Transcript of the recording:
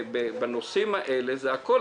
בנושאים האלה זה הכול,